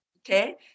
Okay